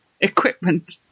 equipment